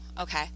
Okay